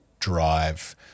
drive